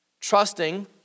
Trusting